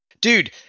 Dude